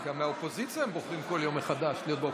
גם מהאופוזיציה הם בוחרים כל יום מחדש להיות באופוזיציה.